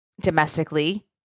domestically